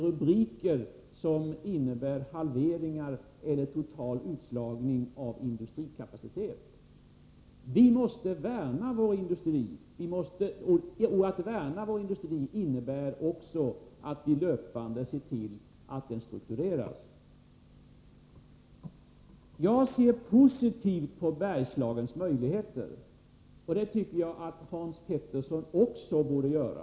Rubrikerna talar om halveringar eller total utslagning i fråga om industrikapaciteten. Vi måste värna vår industri. Att värna vår industri innebär att vi också löpande ser till att den struktureras. Jag ser positivt på Bergslagens möjligheter. Det borde också Hans Petersson i Hallstahammar göra.